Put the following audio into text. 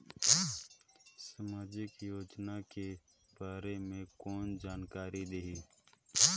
समाजिक योजना के बारे मे कोन जानकारी देही?